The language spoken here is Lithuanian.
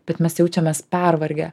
bet mes jaučiamės pervargę